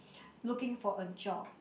looking for a job